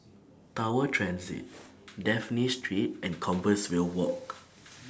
Tower Transit Dafne Street and Compassvale Walk